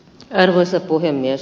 arvoisa puhemies